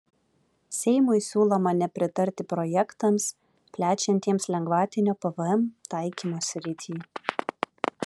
seimui siūloma nepritarti projektams plečiantiems lengvatinio pvm taikymo sritį